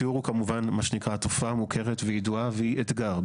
התיאור הוא כמובן תופעה מוכרת וידועה והיא אתגר.